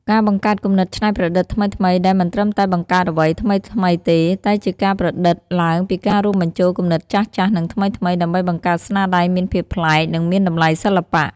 ការបង្កើតគំនិតច្នៃប្រឌិតថ្មីៗ ដែលមិនត្រឹមតែបង្កើតអ្វីថ្មីៗទេ តែជាការប្រឌិតឡើងពីការរួមបញ្ចូលគំនិតចាស់ៗ និងថ្មីៗ ដើម្បីបង្កើតស្នាដៃមានភាពប្លែក និងមានតម្លៃសិល្បៈ។